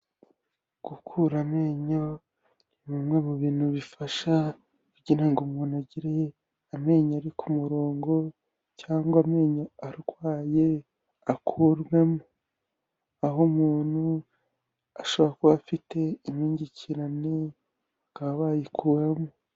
Gukura amenyo ni bimwe mu bintu bifasha kugira ngo umuntu agere amenyo ari ku murongo, cyangwa amenyo arwaye akurwamo, aho umuntu a ashobora kuba afite inyungikirane bakaba bayikuramo.